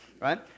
right